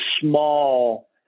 small